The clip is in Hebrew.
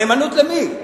נאמנות למי?